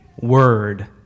word